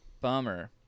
Bummer